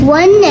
one